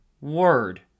word